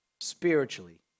spiritually